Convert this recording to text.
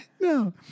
No